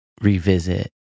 revisit